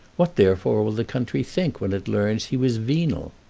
what therefore will the country think when it learns he was venal?